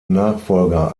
nachfolger